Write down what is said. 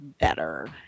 better